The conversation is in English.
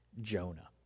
Jonah